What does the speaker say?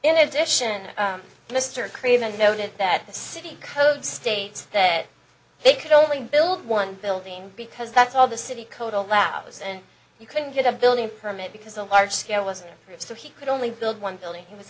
in addition mr craven noted that the city code states that they could only build one building because that's all the city code allows and you couldn't get a building permit because a large scale wasn't proof so he could only build one building he was